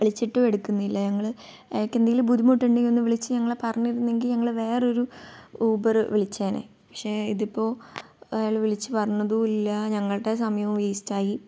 വിളിച്ചിട്ട് എടുക്കുന്നില്ല ഞങ്ങൾ അയാൾക്ക് എന്തെങ്കിലും ബുദ്ധിമുട്ട് ഉണ്ടെങ്കിൽ ഞങ്ങളെ ഒന്ന് വിളിച്ചു പറഞ്ഞിരുന്നെങ്കിൽ ഞങ്ങൾ വേറെ ഒരു ഊബർ വിളിച്ചേനെ പക്ഷേ ഇതിപ്പോൾ അയാൾ വിളിച്ചു പറഞ്ഞതുമില്ല ഞങ്ങളുടെ സമയവും വേസ്റ്റ് ആയി